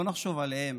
בוא נחשוב עליהם.